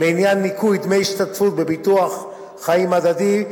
לעניין ניכוי דמי השתתפות בביטוח חיים הדדי,